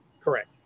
Correct